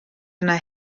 yna